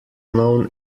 known